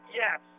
yes